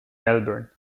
melbourne